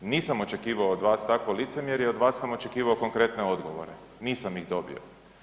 Nisam očekivao od vas takvo licemjerje, od vas sam očekivao konkretne odgovore, nisam ih dobio.